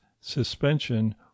suspension